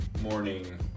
morning